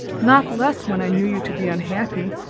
not less when i knew you to be unhappy,